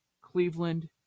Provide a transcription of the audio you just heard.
Cleveland